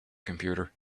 computer